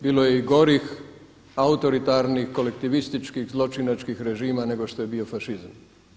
Bilo je i gorih autoritarnih kolektivističkih zločinačkih režima nego što je bio fašizam.